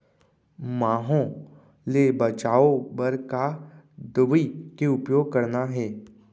माहो ले बचाओ बर का दवई के उपयोग करना हे?